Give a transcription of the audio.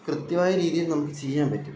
കൃത്യമായ രീതിയിൽ നമുക്ക് ചെയ്യാൻ പറ്റും